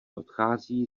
odchází